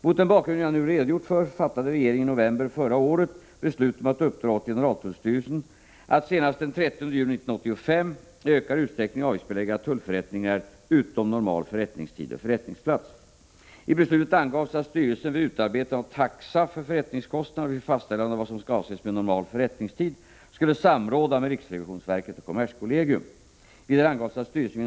Mot den bakgrund som jag nu har redogjort för fattade regeringen i november förra året beslut om att uppdra åt generaltullstyrelsen att — i huvudsaklig överensstämmelse med ett förslag som styrelsen presenterat — de av vad som skall avses med normal förrättningstid skulle samråda med riksrevisionsverket och kommerskollegium. Vidare angavs att styrelsen vid Omtullkontroller.